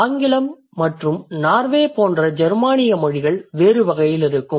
ஆங்கிலம் மற்றும் நார்வே போன்ற ஜெர்மானிய மொழிகள் வேறு வகையில் இருக்கும்